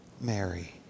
Mary